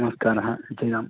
नमस्कारः जि राम्